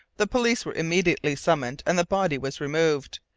the police were immediately summoned and the body was removed.